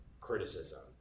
criticism